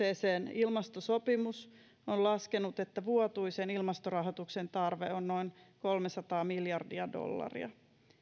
ilmastosopimuksessa on laskettu että vuotuisen ilmastorahoituksen tarve on noin kolmesataa miljardia dollaria